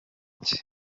cye